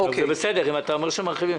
זה בסדר אם אתה אומר שמרחיבים.